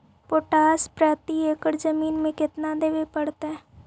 Potash प्रति एकड़ जमीन में केतना देबे पड़तै?